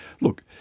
look